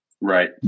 right